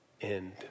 end